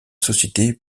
société